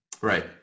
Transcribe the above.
Right